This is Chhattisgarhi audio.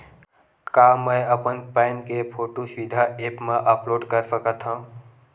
का मैं अपन पैन के फोटू सीधा ऐप मा अपलोड कर सकथव?